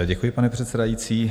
Děkuji, pane předsedající.